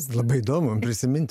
labai įdomu prisimint